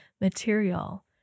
material